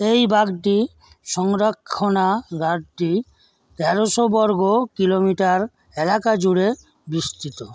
এই বাঘটি সংরক্ষণাগারটি তেরোশো বর্গ কিলোমিটার এলাকা জুড়ে বিস্তৃত